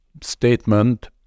statement